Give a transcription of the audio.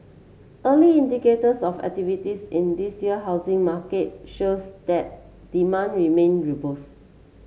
early indicators of activities in this year housing market shows that demand remain robust